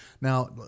Now